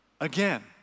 again